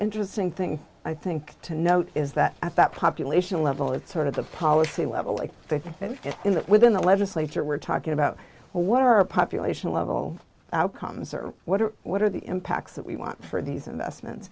interesting thing i think to note is that at that population level it's sort of the policy level of faith in that within the legislature we're talking about what are our population level outcomes or what are what are the impacts that we want for these investments